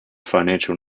financial